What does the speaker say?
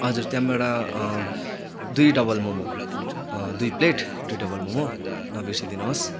हजुर त्यहाँबाट दुई डबल मोमो दुई प्लेट दुई डबल मोमो नबिर्सिदिनुहोस्